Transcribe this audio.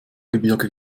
gebirge